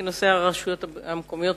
כי נושא הרשויות המקומיות,